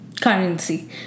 currency